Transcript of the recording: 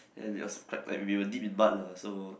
and it was quite like we were deep in mud lah so